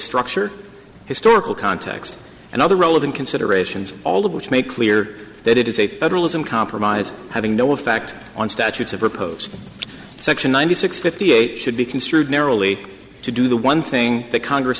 structure historical context and other relevant considerations all of which make clear that it is a federalism compromise having no effect on statutes of repose section ninety six fifty eight should be construed narrowly to do the one thing that congress